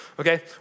Okay